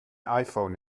iphone